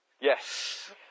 Yes